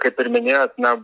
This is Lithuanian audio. kaip ir minėjot na